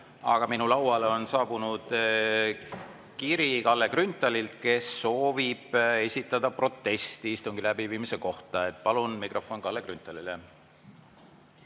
Aga minu lauale on saabunud kiri Kalle Grünthalilt, kes soovib esitada protesti istungi läbiviimise kohta. Palun mikrofon Kalle Grünthalile.